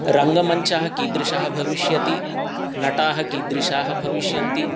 रङ्गमञ्चः कीदृशः भविष्यति नटाः कीदृशाः भविष्यन्ति